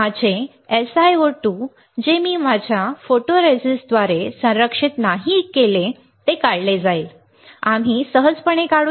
माझे SiO2 जे माझ्या फोटोरिस्टद्वारे संरक्षित नाही ते काढले जाईल आम्ही सहजपणे काढू